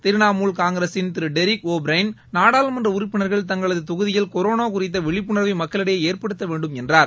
திரிணாமுல் காங்கிரசின் திரு Derek O'Brien நாடாளுமன்ற உறுப்பினர்கள் தங்களது தொகுதியில் கொரோனா குறித்த விழிப்புணர்வை மக்களிடையே ஏற்படுத்த வேண்டும் என்றார்